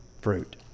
fruit